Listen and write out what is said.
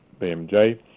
BMJ